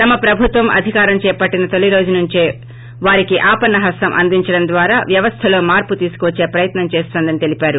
తమ ప్రభుత్వం అధికారం చేపట్లిన తొలి రోజు నుంచే వారికి ఆపన్న హస్తం అందించడం ద్వారా వ్యవస్థలో మార్పు తీసుకువచ్చే ప్రయత్నం చేస్తోందని తెలిపారు